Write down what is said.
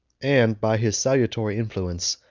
and, by his salutary influence,